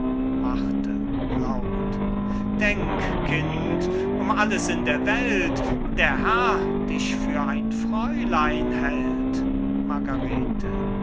denk kind um alles in der welt der herr dich für ein fräulein hält